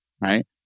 right